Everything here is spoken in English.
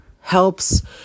helps